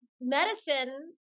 medicine